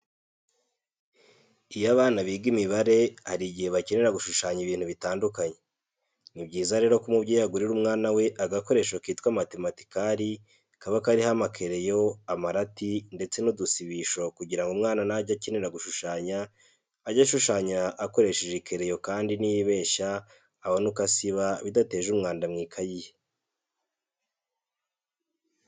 Iyo abana biga imibare, hari igihe bakenera gushushanya ibintu bitandukanye. Ni byiza rero ko umubyeyi agurira umwana we agakoresho kitwa matematikari kaba karimo amakereyo, amarati ndetse n'udusibisho, kugira ngo umwana najya akenera gushushanya, ajye ashushanya akoresheje ikereyo kandi niyibeshya abone uko asiba bidateje umwanda mu ikayi ye.